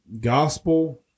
gospel